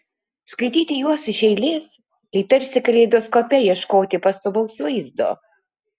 skaityti juos iš eilės tai tarsi kaleidoskope ieškoti pastovaus vaizdo